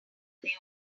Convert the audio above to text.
they